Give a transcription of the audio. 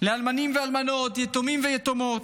לאלמנים ואלמנות, יתומים ויתומות.